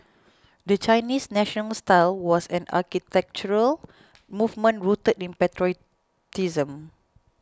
the Chinese National style was an architectural movement rooted in patriotism